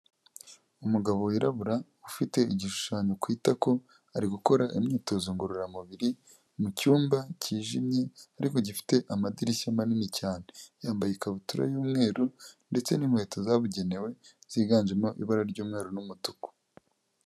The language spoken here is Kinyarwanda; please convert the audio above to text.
Umugabo wirabura ufite igishushanyo ku itako ari gukora imyitozo ngororamubiri mu cyumba cyijimye ariko gifite amadirishya manini cyane, yambaye ikabutura y'umweru ndetse n'inkweto zabugenewe ziganjemo ibara ry'umweru n'umutuku.